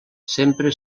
sempre